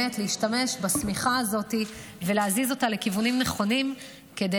להשתמש בשמיכה הזאת ולהזיז אותה לכיוונים נכונים כדי